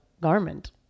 garment